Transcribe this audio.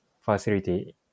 facility